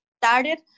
started